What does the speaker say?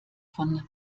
von